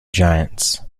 giants